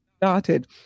started